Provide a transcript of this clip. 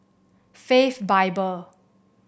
Faith Bible